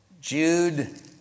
Jude